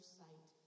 sight